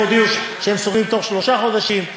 הם הודיעו שהם סוגרים בתוך שלושה חודשים,